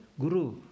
Guru